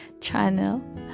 channel